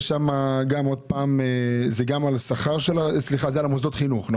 זה על מוסדות החינוך.